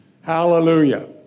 Hallelujah